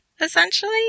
essentially